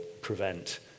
prevent